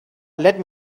let